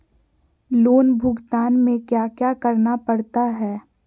loan भुगतान में क्या क्या करना पड़ता है